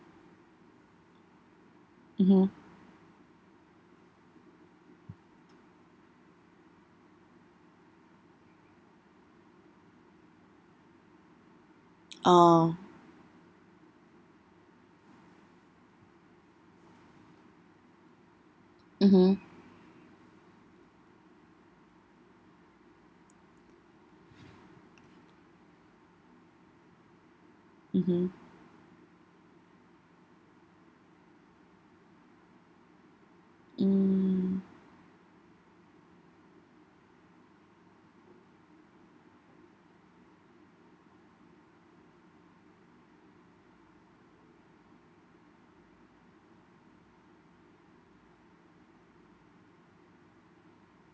mmhmm oh mmhmm mmhmm mm